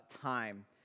time